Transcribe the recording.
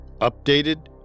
updated